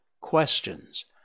questions